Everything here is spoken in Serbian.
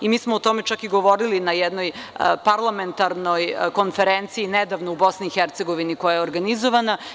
Mi smo o tome čak i govorili na jednoj parlamentarnoj konferenciji nedavno u BiH, koja je organizovana.